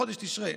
בחודש תשרי.